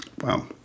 Wow